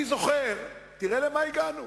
אני זוכר תראה למה הגענו,